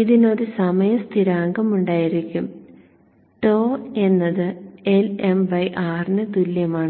ഇതിന് ഒരു സമയ സ്ഥിരാങ്കം ഉണ്ടായിരിക്കും τ എന്നത് Lm R ന് തുല്യമാണ്